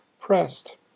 pressed